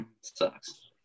sucks